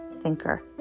thinker